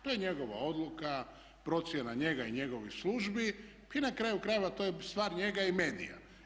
To je njegova odluka, procjena njega i njegovih službi i na kraju krajeva to je stvar njega i medija.